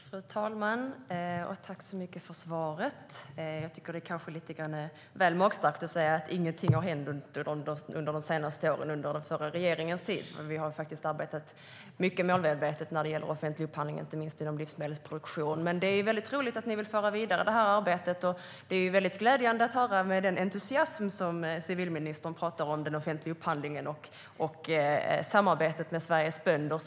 Fru talman! Tack så mycket för svaret! Det är kanske lite väl magstarkt att säga att ingenting har hänt de senaste åren under den förra regeringens tid. Vi har arbetat mycket målmedvetet när det gäller offentlig upphandling, inte minst inom livsmedelsproduktion. Det är väldigt roligt att ni vill föra vidare det arbetet. Det är glädjande att höra att civilministern med entusiasm talar om offentlig upphandling och samarbetet med Sveriges bönder.